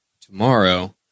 tomorrow